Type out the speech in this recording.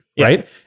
right